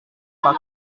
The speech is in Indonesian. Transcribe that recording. pak